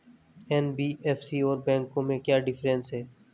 NBFC और बैंकों में क्या डिफरेंस है?